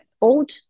old